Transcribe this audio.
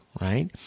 right